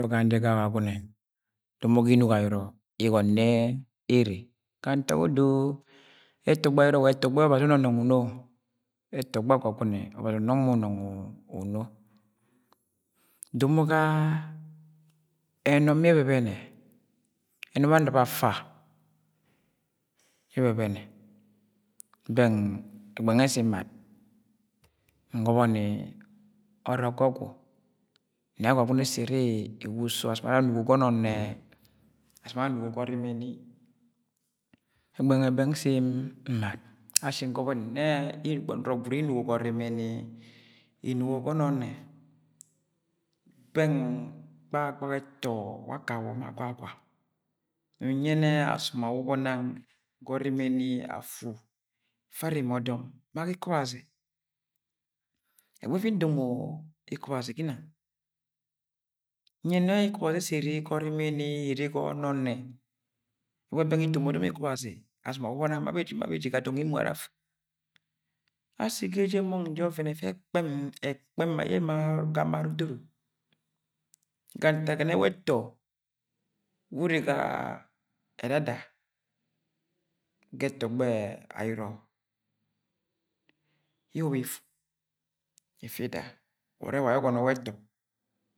. Noro gang jẹ ga Agwagunẹ domo ga inuk ayọrọ igọnọ ni ne ere ga ntak odo ẹtọgbọ ayọrọ wa ẹtọgbọ ye obazi unọnọng uno, ẹtọgbọ Agwagune obazi uno, domo ga ẹnọm yẹ ebebene ẹnọm anṫp afa yẹ ẹbẹbẹnẹ bẹng ẹgbẹn nwẹ nsi nmad, ngọbọ ni ọrọk ga ọgwu nẹ Agwagune ẹssẹ ẹrẹ ẹwa uso asọm ara anugo ga ọnọne, asọm ara anugo ga ọrimini, ẹgbẹn ngẹ bẹng nsi nmad ashi ngọbọ ni ne nọrọ gwud inugo ga ọrimini, inugo ga ọnọne beng gbagagabaga ẹtọ wa akawọ ma gwagwa mi nyẹnẹ asọm awọbọ nang ga ọrimini afu afa areme ọdọm ma ga ikọbazi, ẹgbi nfi ndomo ikọbazi ginang nyẹn nẹ ikobazi ẹssẹ ere ga ọrimini ire ga ọnọnẹ ẹgbẹghẹ bẹng ito ma ọdọm ikobazi asọm awọbọ nang ma beji ma beji ga dọng emo ara afu asi ga eje emong je ọvẹn ẹfẹ ẹkpẹm ękpẹm ma yẹ ẹma ga ama edoro, ga ntak ẹgọnẹ wẹ ẹtọ wu urre ga ẹdada ge ẹtọgbọ ayọrọ yẹ iwob ifu ifi ida ure wa ayẹ ugọnọ wẹ ẹtọ.